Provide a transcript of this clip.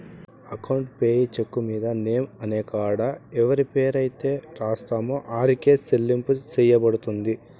account payee చెక్కు మీద name అనే కాడ ఎవరి పేరైతే రాస్తామో ఆరికే సెల్లింపు సెయ్యబడతది